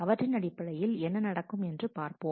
அவற்றின் அடிப்படையில் என்ன நடக்கும் என்று பார்ப்போம்